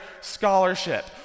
scholarship